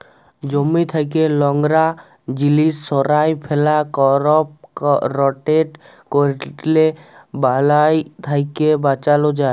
জমি থ্যাকে লংরা জিলিস সঁরায় ফেলা, করপ রটেট ক্যরলে বালাই থ্যাকে বাঁচালো যায়